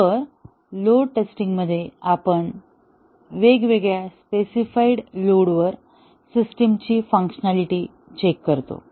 तर लोड टेस्टिंगमध्ये आपण वेगवेगळ्या स्पेसिफाइड लोडवर सिस्टमची फंक्शनॅलिटी चेक करतो